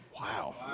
Wow